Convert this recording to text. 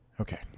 okay